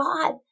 God